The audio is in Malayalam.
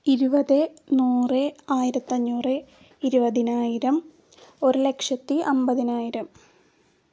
ഇരുപത് നൂറ് ആയിരത്തഞ്ഞൂറ് ഇരുപതിനായിരം ഒരുലക്ഷത്തിഅമ്പതിനായിരം